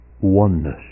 oneness